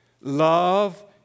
love